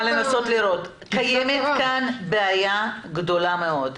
קיימת כאן בעיה גדולה מאוד.